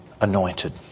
anointed